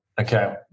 Okay